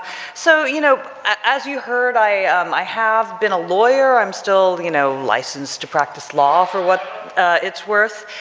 so you know as you heard i um i have been a lawyer, i'm still you know licensed to practice law for what it's worth,